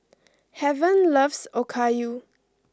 Heaven loves Okayu